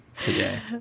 today